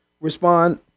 respond